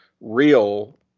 real